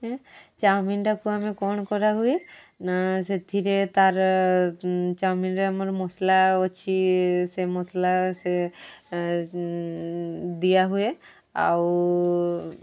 ଚାଓମିନଟାକୁ ଆମେ କ'ଣ କରାହୁଏ ନା ସେଥିରେ ତାର ଚାଓମିନରେ ଆମର ମସଲା ଅଛି ସେ ମସଲା ସେ ଦିଆହୁଏ ଆଉ